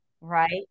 right